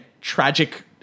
tragic